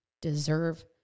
deserve